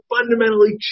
fundamentally